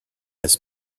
his